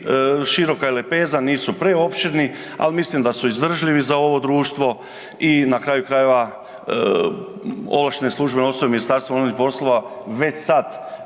široka je lepeza, nisu preopširni, ali mislim da su izdržljivi za ovo društvo i na kraju krajeva, ovlaštene službene osobe MUP-a već sad